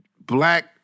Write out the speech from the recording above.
black